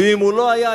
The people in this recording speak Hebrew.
ואם הוא לא היה,